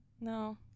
No